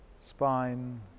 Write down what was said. spine